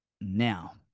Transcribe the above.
Now